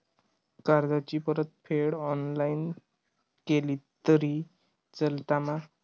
कर्जाची परतफेड ऑनलाइन केली तरी चलता मा?